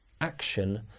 action